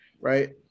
right